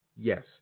yes